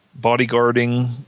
bodyguarding